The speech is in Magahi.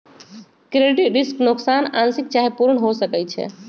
क्रेडिट रिस्क नोकसान आंशिक चाहे पूर्ण हो सकइ छै